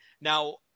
Now –